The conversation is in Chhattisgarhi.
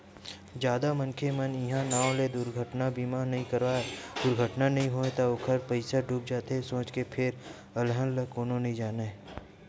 जादा मनखे मन इहीं नांव ले दुरघटना बीमा नइ कराय दुरघटना नइ होय त ओखर पइसा डूब जाथे सोच के फेर अलहन ल कोनो नइ जानय